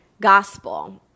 gospel